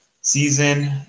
season